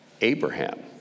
Abraham